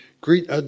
Greet